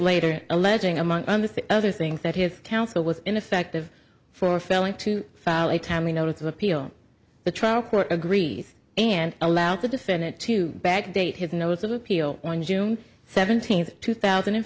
later alleging among other things that he is counsel was ineffective for failing to file a timely notice of appeal the trial court agrees and allowed to defend it to bag date his notes of appeal on june seventeenth two thousand and